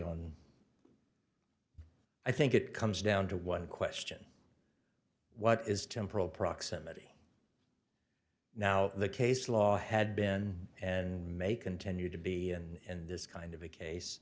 on i think it comes down to one question what is temporal proximity now the case law had been and may continue to be and this kind of a case